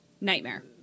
nightmare